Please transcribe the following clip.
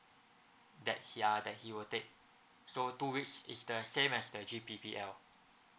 that h~ uh that he will take so two weeks is the same as the G_P_P_L